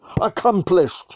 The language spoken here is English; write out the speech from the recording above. accomplished